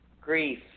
grief